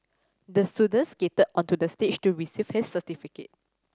the student skated onto the stage to receive his certificate